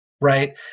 right